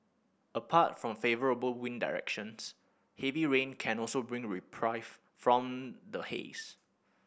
apart from favourable wind directions heavy rain can also bring reprieve from the haze